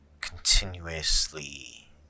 continuously